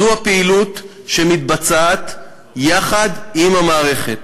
זו הפעילות שמתבצעת יחד עם המערכת.